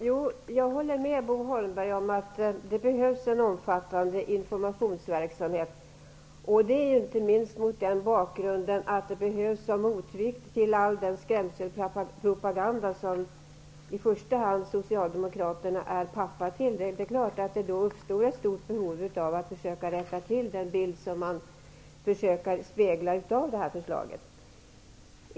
Herr talman! Jag håller med Bo Holmberg om att det behövs en omfattande informationsverksamhet. Detta inte minst som motvikt till all den skrämselpropaganda som i första hand Socialdemokraterna är pappa till. Det är klart att det då uppstår ett stort behov av att rätta till den bild som man försöker ge av förslaget.